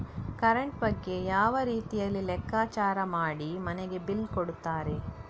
Current ಬಗ್ಗೆ ಯಾವ ರೀತಿಯಲ್ಲಿ ಲೆಕ್ಕಚಾರ ಮಾಡಿ ಮನೆಗೆ ಬಿಲ್ ಕೊಡುತ್ತಾರೆ?